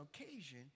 occasion